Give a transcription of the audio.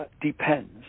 depends